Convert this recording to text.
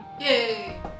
Yay